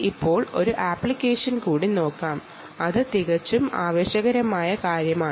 ഇപ്പോൾ നമുക്ക് ഒരു ആപ്ലിക്കേഷൻ കൂടി നോക്കാം അത് തികച്ചും ആവേശകരമായ ഒന്നാണ്